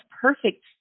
perfect